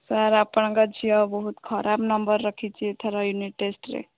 sir ଆପଣଙ୍କ ଝିଅ ବହୁତ ଖରାପ ନମ୍ବର ରଖିଛି ଏଥର ୟୁନିଟ୍ ଟେଷ୍ଟରେ